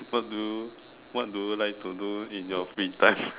what do what do you like to do in your free time